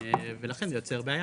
ולכן זה יוצר בעיה